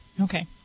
Okay